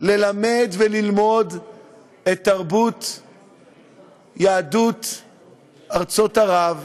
ללמד וללמוד את תרבות יהדות ארצות ערב,